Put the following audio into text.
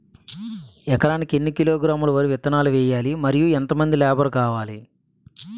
ఎకరానికి ఎన్ని కిలోగ్రాములు వరి విత్తనాలు వేయాలి? మరియు ఎంత మంది లేబర్ కావాలి?